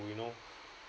you know